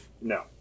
No